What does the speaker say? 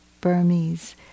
Burmese